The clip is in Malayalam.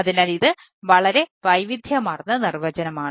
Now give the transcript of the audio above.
അതിനാൽ ഇത് വളരെ വൈവിധ്യമാർന്ന നിർവചനമാണ്